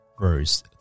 verse